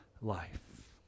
life